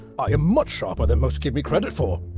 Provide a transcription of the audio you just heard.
i am much sharper than most give me credit for.